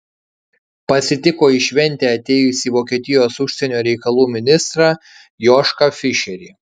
pasitiko į šventę atėjusį vokietijos užsienio reikalų ministrą jošką fišerį